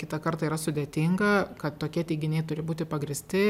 kitą kartą yra sudėtinga kad tokie teiginiai turi būti pagrįsti